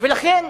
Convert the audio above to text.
לכן,